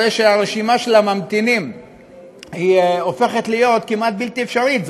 הרשימה של הממתינים הופכת להיות כמעט בלתי אפשרית,